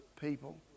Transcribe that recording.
people